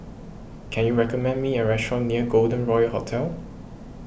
can you recommend me a restaurant near Golden Royal Hotel